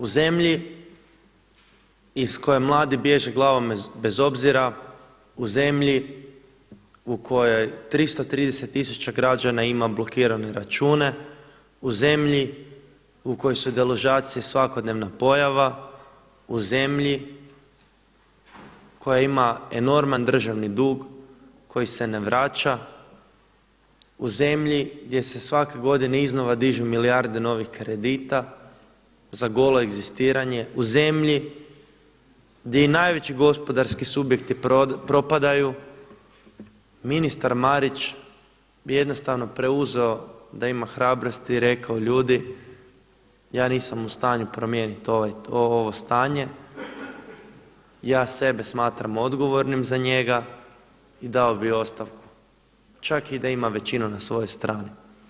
U zemlji iz koje mladi bježe glavom bez obzira, u zemlji u kojoj 330 tisuća građana ima blokirane račune, u zemlji u kojoj su deložacije svakodnevna pojava, u zemlji koja ima enorman državni dug koji se ne vraća, u zemlji gdje se svake godine iznova dižu milijarde novih kredita za golo egzistiranje, u zemlji gdje i najveći gospodarski subjekti propadaju, ministar Marić bi jednostavno preuzeo da ima hrabrosti i rekao ljudi ja nisam u stanju promijeniti ovo stanje, ja sebe smatram odgovornim za njega i dao bih ostavku, čak i da ima većinu na svojoj strani.